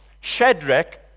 Shadrach